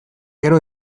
gero